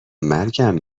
مرگم